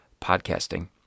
podcasting